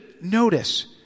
notice